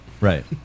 Right